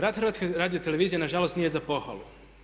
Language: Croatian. Rad HRT-a nažalost nije za pohvalu.